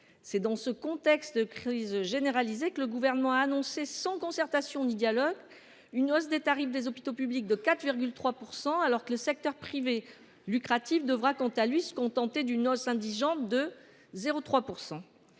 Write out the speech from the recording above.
santé. Dans ce contexte de crise généralisée, le Gouvernement a annoncé, sans concertation ni dialogue, une hausse de 4,3 % des tarifs des hôpitaux publics, alors que le secteur privé lucratif devra, quant à lui, se contenter d’une hausse indigente de 0,3